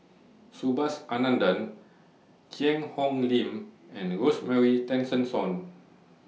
Subhas Anandan Cheang Hong Lim and Rosemary Tessensohn